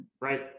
right